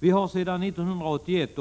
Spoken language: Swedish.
Vid 1981